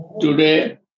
today